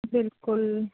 ਬਿਲਕੁਲ